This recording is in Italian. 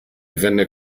venne